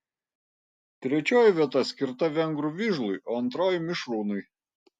trečioji vieta skirta vengrų vižlui o antroji mišrūnui